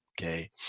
Okay